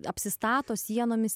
apsistato sienomis